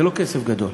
זה לא כסף גדול.